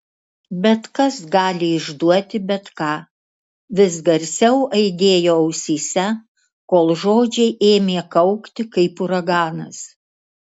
bet kas gali išduoti bet ką vis garsiau aidėjo ausyse kol žodžiai ėmė kaukti kaip uraganas